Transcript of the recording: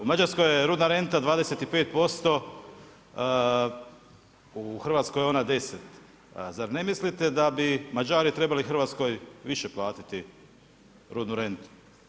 U Mađarskoj je rudna renta 25% u Hrvatskoj je ona 10, zar ne mislite da bi Mađari trebali Hrvatskoj više platiti rudnu rentu?